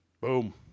Boom